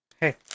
Hey